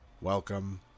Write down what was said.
Welcome